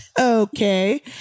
Okay